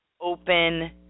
open